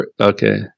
okay